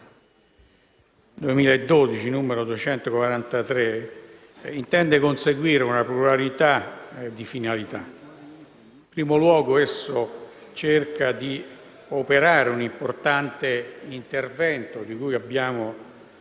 2012, n. 243, intende conseguire una pluralità di finalità. In primo luogo, esso cerca di operare un importante intervento di cui hanno molto